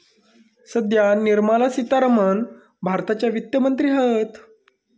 सध्या निर्मला सीतारामण भारताच्या वित्त मंत्री हत